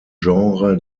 genre